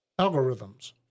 algorithms